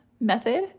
method